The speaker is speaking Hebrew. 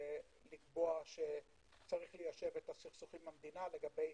לקבוע שיש ליישב את הסכסוכים עם המדינה לגבי